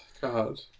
god